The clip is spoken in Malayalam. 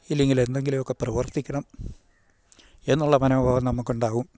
ഇല്ലെങ്കിലെന്തെങ്കിലും ഒക്കെ പ്രവർത്തിക്കണം എന്നുള്ള മനോഭാവം നമുക്ക് ഉണ്ടാകും